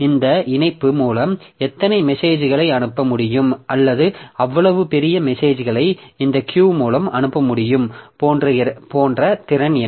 இந்த இணைப்பு மூலம் எத்தனை மெசேஜ்களை அனுப்ப முடியும் அல்லது எவ்வளவு பெரிய மெசேஜ்களை இந்த கியூ மூலம் அனுப்ப முடியும் போன்ற திறன் என்ன